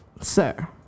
Sir